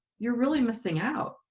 you're really missing out.